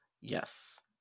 Yes